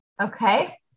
okay